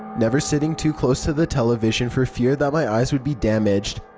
never sitting too close to the television for fear that my eyes would be damaged.